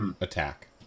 attack